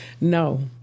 No